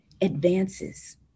advances